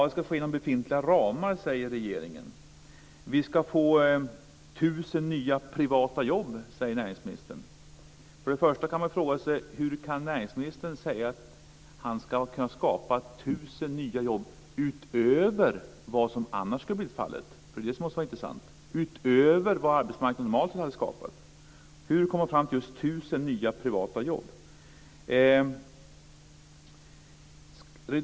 Det ska ske inom befintliga ramar, säger regeringen. Vi ska få 1 000 nya privata jobb, säger näringsministern. Först och främst kan man fråga sig hur näringsministern kan säga att han ska skapa 1 000 nya jobb utöver vad som annars skulle bli fallet. Det måste vara intressant - utöver vad arbetsmarknaden normalt hade skapat. Hur kom han fram till just 1 000 nya privata jobb?